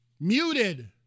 Muted